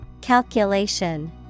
Calculation